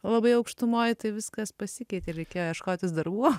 labai aukštumoj tai viskas pasikeitė reikėjo ieškotis darbų